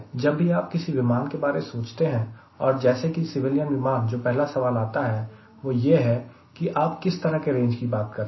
जब भी आप किसी विमान के बारे सोचते हैं जैसे कि सिविलियन विमान जो पहला सवाल आता है वह यह है कि आप किस तरह के रेंज की बात कर रहे हैं